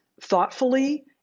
thoughtfully